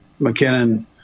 mckinnon